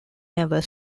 never